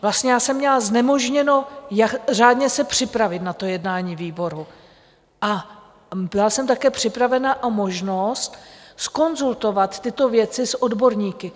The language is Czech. Vlastně já jsem měla znemožněno řádně se připravit na to jednání výboru a byla jsem také připravena o možnost zkonzultovat tyto věci s odborníky.